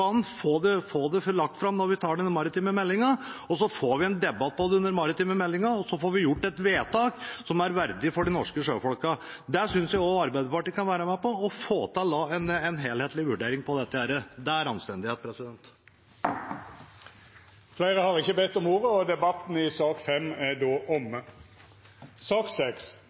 få det lagt fram når vi behandler den maritime meldingen? Så får vi en debatt om den maritime meldingen, og så får vi gjort et vedtak som er verdig de norske sjøfolkene. Det synes jeg også Arbeiderpartiet kan være med på – å få til en helhetlig vurdering av dette. Det er anstendighet. Fleire har ikkje bedt om ordet til sak nr. 5. Etter ønske frå næringskomiteen vil presidenten ordna debatten